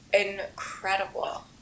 incredible